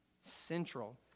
Central